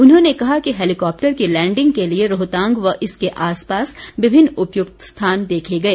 उन्होंने कहा कि हैलिकॉप्टर की लैंडिग के लिए रोहतांग व इसके आस पास विभिन्न उपयुक्त स्थान देखे गए